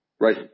right